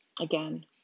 again